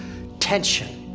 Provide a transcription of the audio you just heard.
tension.